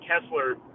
Kessler